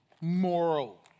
moral